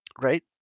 Right